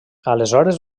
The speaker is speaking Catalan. aleshores